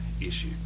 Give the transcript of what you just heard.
issue